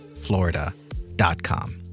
florida.com